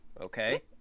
Okay